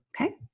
Okay